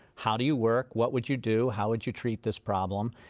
how do you work? what would you do? how would you treat this problem?